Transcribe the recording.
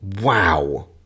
Wow